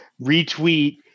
retweet